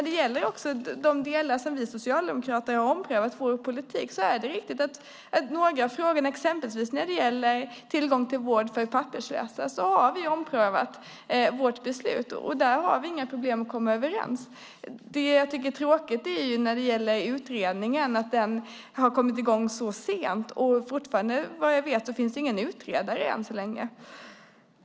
Det är riktigt att vi socialdemokrater har omprövat vår politik när det gäller några frågor, exempelvis tillgång till vård för papperslösa. Där har vi inga problem att komma överens. Det jag tycker är tråkigt är att utredningen har kommit i gång så sent, och fortfarande, vad jag vet, finns det ingen utredare.